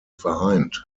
vereint